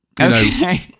Okay